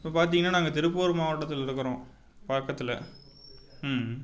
இப்போ பார்த்திங்கன்னா நாங்கள் திருப்பூர் மாவட்டத்திலிருக்குறோம் பக்கத்துல ம்